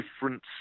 different